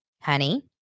honey